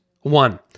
One